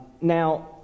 Now